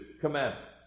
commandments